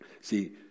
See